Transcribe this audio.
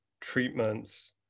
treatments